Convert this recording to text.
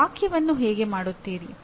ನೀವು ವಾಕ್ಯವನ್ನು ಹೇಗೆ ಮಾಡುತ್ತೀರಿ